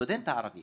הסטודנט הערבי